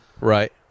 right